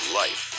life